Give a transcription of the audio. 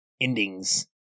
endings